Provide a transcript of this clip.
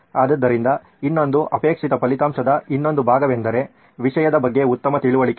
ಆದ್ದರಿಂದ ಇನ್ನೊಂದು ಅಪೇಕ್ಷಿತ ಫಲಿತಾಂಶದ ಇನ್ನೊಂದು ಭಾಗವೆಂದರೆ ವಿಷಯದ ಬಗ್ಗೆ ಉತ್ತಮ ತಿಳುವಳಿಕೆ